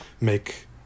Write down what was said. make